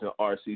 RC